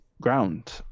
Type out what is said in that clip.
ground